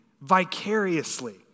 vicariously